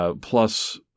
Plus